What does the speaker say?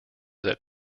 that